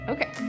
Okay